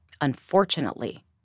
Unfortunately